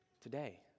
today